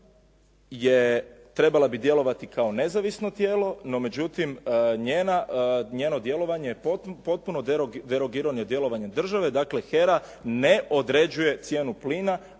je trebala bi djelovati kao nezavisno tijelo, no međutim njeno djelovanje je potpuno derogirano djelovanje države, dakle HERA ne određuje cijenu plina,